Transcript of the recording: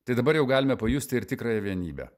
tai dabar jau galime pajusti ir tikrąją vienybę